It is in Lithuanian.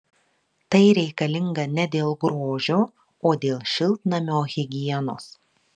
tai reikalinga ne dėl grožio o dėl šiltnamio higienos